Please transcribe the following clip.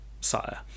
sire